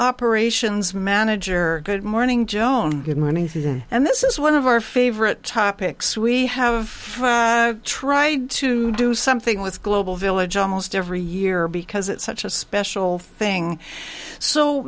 operations manager good morning joan good morning and this is one of our favorite topics we have tried to do something with global village almost every year because it's such a special thing so